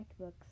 MacBooks